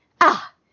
Ah